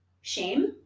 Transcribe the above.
shame